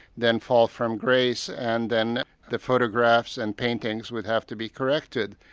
then fall from grace, and then the photographs and paintings would have to be corrected,